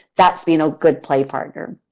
that's being a good play partner.